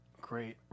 great